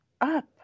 up